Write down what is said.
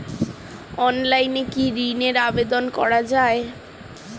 অনলাইনে কি ঋণের আবেদন করা যায়?